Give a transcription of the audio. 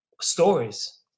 stories